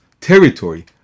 territory